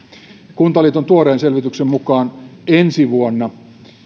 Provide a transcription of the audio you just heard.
kuntaliiton tuoreen selvityksen mukaan ensi vuonna